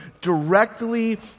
directly